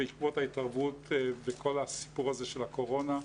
בעקבות ההתערבות בכל הסיפור הזה של הקורונה,